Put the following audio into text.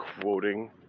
quoting